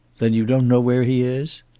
then you don't know where he is?